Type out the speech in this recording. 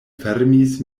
fermis